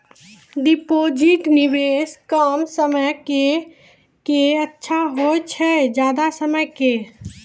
Deposit निवेश कम समय के के अच्छा होय छै ज्यादा समय के?